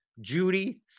Judy